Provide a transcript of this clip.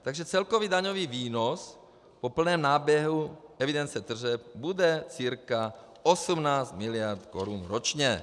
Takže celkový daňový výnos po plném náběhu evidence tržeb bude cca 18 miliard korun ročně.